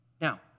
Now